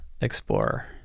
explorer